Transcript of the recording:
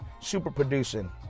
Super-producing